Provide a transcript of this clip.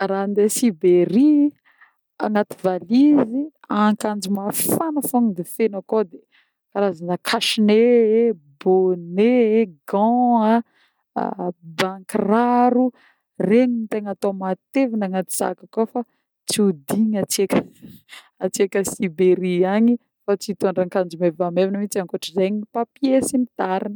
Raha andeha Sibérie, agnaty valizy akanjo mafana fô ny tegna feno akô, de karazana cache nez, bonnet, gants, bas kiraro regny le atô matevigna agnaty saka akô fa tsy ho digny hatsiaka hatsiaka à Sibérie agny fô tsy hitondra akanjo mevamevagna mintsy, ankoatran'zegny papier sy ny tarigny.